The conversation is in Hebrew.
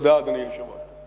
תודה, אדוני היושב-ראש.